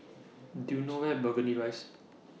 Do YOU know Where Burgundy Rise